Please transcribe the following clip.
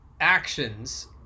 actions